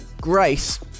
Grace